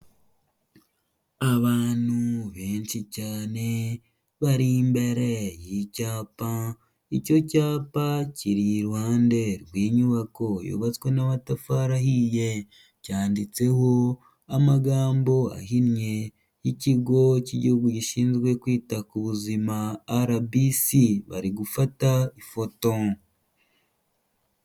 Abantu benshi cyane bari imbere y' icyapa icyo cyapa kiri iruhande rw'inyubako yubatswe n'amatafari ahiye cyanditseho amagambo ahinnye y'ikigo cy'igihugu gishinzwe kwita ku buzima RBC bari gufata ifoto.